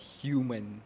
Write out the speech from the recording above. human